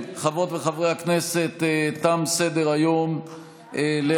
אם כן, חברות וחברי הכנסת, תם סדר-היום להיום.